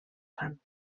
sant